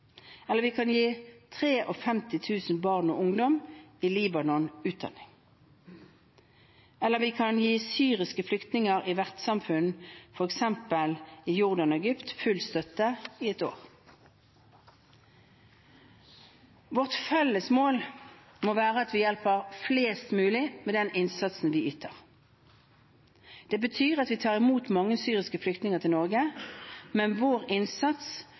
eller gi 53 000 barn og ungdom i Libanon utdanning, eller vi kan gi syriske flyktninger i vertssamfunn i f.eks. Jordan og Egypt full støtte i ett år. Vårt felles mål må være at vi hjelper flest mulig med den innsatsen vi yter. Det betyr at vi tar imot mange syriske flyktninger til Norge, men vår innsats